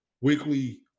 weekly